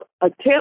attempt